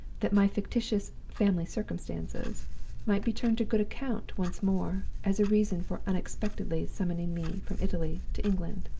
that my fictitious family circumstances might be turned to good account once more, as a reason for unexpectedly summoning me from italy to england.